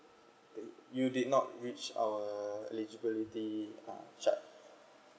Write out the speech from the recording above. you did not reach our eligibility uh chart